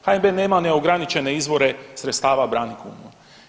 HNB nema neograničene izvore sredstava braniti kunu.